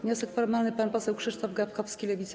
Wniosek formalny, pan poseł Krzysztof Gawkowski, Lewica.